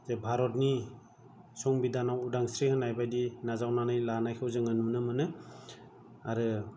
जे भारतनि संबिधानआव उदांस्रि होनायबायदि नाजावनानै लानायखौ जोङो नुनो मोनो आरो